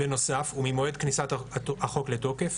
בנוסף וממועד כניסת החוק לתוקף